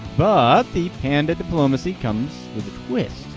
but the panda diplomacy comes with a twist.